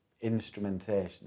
instrumentation